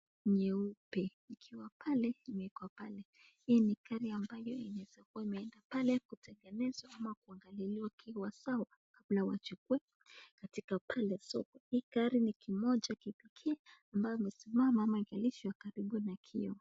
Nyeupe, ikiwa pale, imewekwa pale. Hii ni gari ambayo inaweza kuwa imewekwa pale kutengenezwa ama kuangaliliwa ikiwa sawa na wachukue katika pale. Hii gari ni kimoja ambayo imesimamishwa karibu na kio.